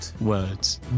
Words